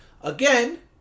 Again